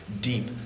deep